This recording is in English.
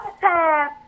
time